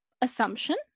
assumption